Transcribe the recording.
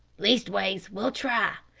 leastways, we'll try.